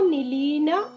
Nilina